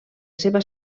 seva